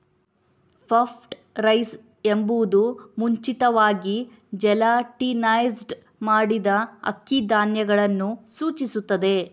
puffed rice ಎಂಬುದು ಮುಂಚಿತವಾಗಿ gelatinised ಮಾಡಿದ ಅಕ್ಕಿ ಧಾನ್ಯಗಳನ್ನು ಸೂಚಿಸುತ್ತದೆ